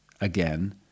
again